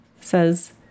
says